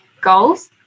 goals